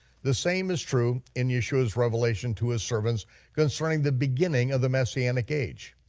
the same is true in yeshua's revelation to his servants concerning the beginning of the messianic age.